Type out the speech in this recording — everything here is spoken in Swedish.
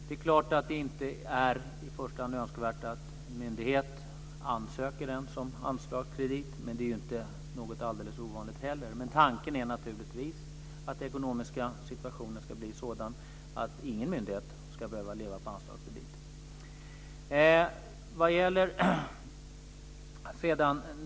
Det är naturligtvis inte önskvärt att en myndighet i första hand ens ansöker om anslagskredit, men det är ju inte något alldeles ovanligt. Tanken är naturligtvis att den ekonomiska situationen ska bli sådan att ingen myndighet ska behöva leva på anslagskredit.